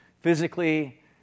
physically